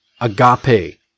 agape